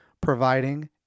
providing